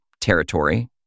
territory